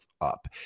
up